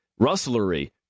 rustlery